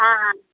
हाँ हाँ